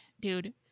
dude